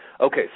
Okay